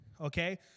okay